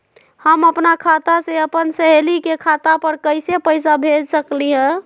हम अपना खाता से अपन सहेली के खाता पर कइसे पैसा भेज सकली ह?